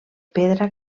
pedra